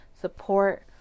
support